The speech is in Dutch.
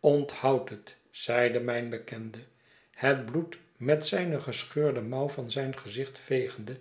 onthoud het zeide mijn bekende het bloed met zijne gescheurde mouw van zijn gezicht vegende